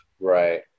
Right